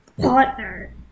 partner